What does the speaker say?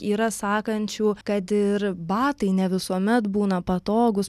yra sakančių kad ir batai ne visuomet būna patogūs